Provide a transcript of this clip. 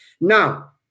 Now